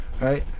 right